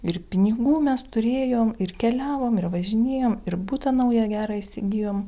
ir pinigų mes turėjom ir keliavom ir važinėjom ir butą naują gerą įsigijom